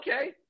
okay